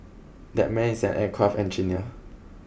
that man is an aircraft engineer